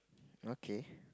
okay